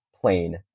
plain